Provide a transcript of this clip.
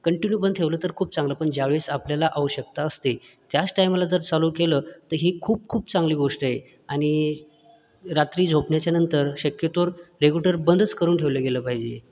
continue बंद ठेवलं तर खूप चांगलं पण ज्या वेळेस आपल्याला आवश्यकता असते त्याच टाइमाला जर चालू केलं तर ही खूप खूप चांगली गोष्ट आहे आणि रात्री झोपण्याच्या नंतर शक्यतो रेग्युलेटर बंदच करून ठेवलं गेलं पाहिजे